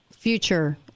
Future